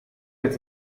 met